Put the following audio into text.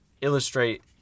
illustrate